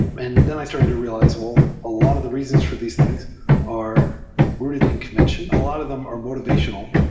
and then i started to realize, well, a lot of the reasons for these things are rooted in convention. a lot of them are motivational,